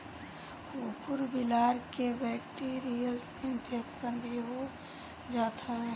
कुकूर बिलार के बैक्टीरियल इन्फेक्शन भी हो जात हवे